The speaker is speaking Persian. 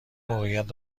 موقعیت